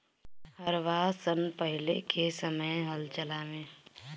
हरवाह सन पहिले के समय हल चलावें